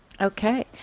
Okay